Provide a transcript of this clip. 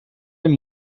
del